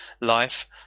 life